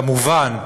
כמובן,